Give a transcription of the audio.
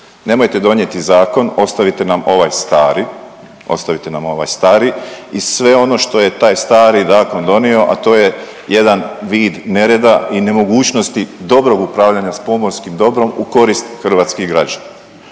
nam ovaj stari, ostavite nam ovaj stari i sve ono što je taj stari zakon donio, a to je jedan vid nereda i nemogućnosti dobrog upravljanja s pomorskim dobrom u korist hrvatskih građana.